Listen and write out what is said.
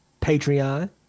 Patreon